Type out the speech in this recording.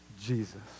Jesus